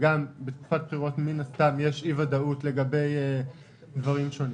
זו גם תקופת בחירות שבה יש אי-ודאות לגבי נושאים שונים